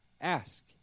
Ask